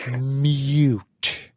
Mute